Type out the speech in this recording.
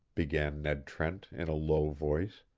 began ned trent, in a low voice,